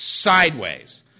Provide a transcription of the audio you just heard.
sideways